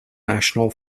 national